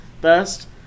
best